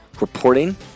reporting